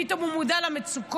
פתאום הוא מודע למצוקות